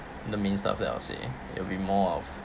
the main stuff that I'll say it will be more of